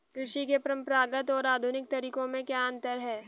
कृषि के परंपरागत और आधुनिक तरीकों में क्या अंतर है?